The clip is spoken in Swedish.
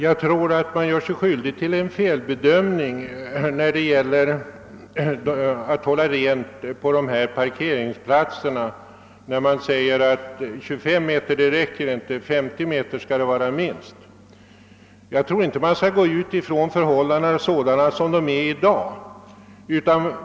Herr talman! När det gäller frågan om att hålla rent på parkeringsplatserna tror jag det är en felbedömning att säga att det inte räcker att städa 25 meter på varje sida om vägen utan att det måste vara minst 50 meter. Man skall inte utgå ifrån dagens förhållanden.